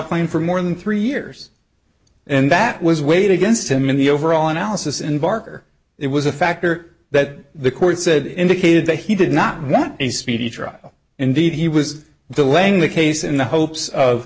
claim for more than three years and that was weighed against him in the overall analysis and barker it was a factor that the court said indicated that he did not want a speedy trial indeed he was delaying the case in the hopes of